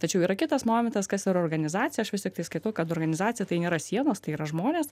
tačiau yra kitas momentas kas yra organizacija aš vis tiktai skaitau kad organizacija tai nėra sienos tai yra žmonės